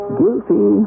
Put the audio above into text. guilty